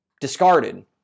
discarded